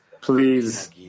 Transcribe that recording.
please